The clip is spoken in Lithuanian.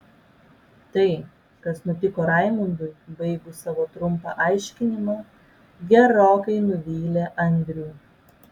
tai kas nutiko raimundui baigus savo trumpą aiškinimą gerokai nuvylė andrių